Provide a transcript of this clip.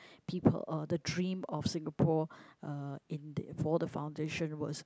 people uh the dream of Singapore uh in the for the foundation was